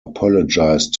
apologized